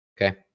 Okay